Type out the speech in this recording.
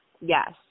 Yes